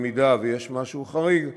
אם יש משהו חריג,